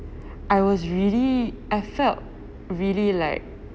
I was really I felt really like